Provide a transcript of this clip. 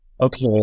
Okay